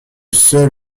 seul